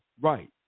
right